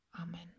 Amen